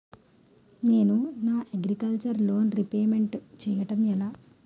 నేను నా agriculture loan repayment చేయడం ఎలా?